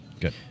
good